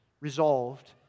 resolved